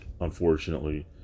Unfortunately